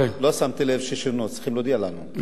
לא שמתי לב ששינו, צריכים להודיע לנו.